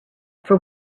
from